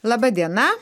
laba diena